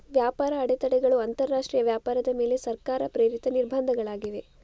ವ್ಯಾಪಾರ ಅಡೆತಡೆಗಳು ಅಂತರಾಷ್ಟ್ರೀಯ ವ್ಯಾಪಾರದ ಮೇಲೆ ಸರ್ಕಾರ ಪ್ರೇರಿತ ನಿರ್ಬಂಧಗಳಾಗಿವೆ